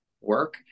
work